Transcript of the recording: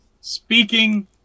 speaking